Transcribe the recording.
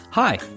Hi